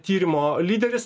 tyrimo lyderis